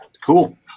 Cool